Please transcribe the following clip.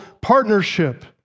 partnership